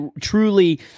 truly